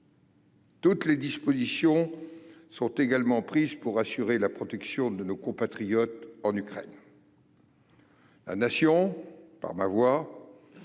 Toutes les dispositions sont également prises pour assurer la protection de nos compatriotes en Ukraine. La Nation, par ma voix,